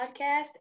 podcast